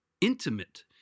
intimate